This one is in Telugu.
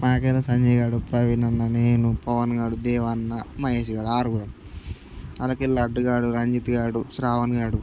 మాకాడ సంజయ్గాడు ప్రవీణ్ అన్న నేను పవన్గాడు దేవా అన్న మహేష్గాడు ఆరుగురం వాళ్ళకి వెళ్ళి లడ్డుగాడు రంజిత్గాడు శ్రావణ్గాడు